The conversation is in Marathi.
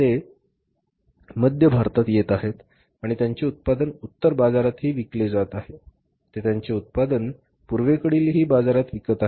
ते मध्य भारतात येत आहेत आणि त्यांचे उत्पादन उत्तर बाजारातही विकले जात आहेत ते त्यांचे उत्पादन पूर्वेकडील बाजारातही विकत आहेत